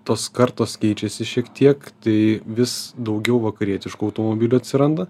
tos kartos keičiasi šiek tiek tai vis daugiau vakarietiškų automobilių atsiranda